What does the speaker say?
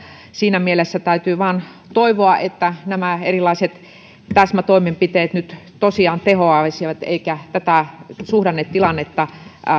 siinä mielessä täytyy vain toivoa että nämä erilaiset täsmätoimenpiteet nyt tosiaan tehoaisivat eikä tätä suhdannetilannetta